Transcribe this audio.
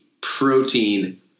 protein